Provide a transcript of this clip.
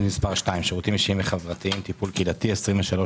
תוכנית מספר 2 שירותים אישיים וחברתיים טיפול קהילתי 23-10-39: